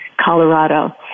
Colorado